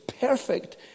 perfect